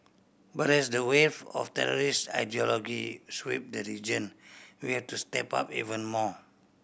but as the wave of terrorist ideology sweep the region we have to step up even more